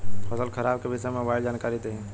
फसल खराब के विषय में मोबाइल जानकारी देही